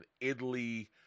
Italy